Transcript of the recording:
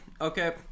okay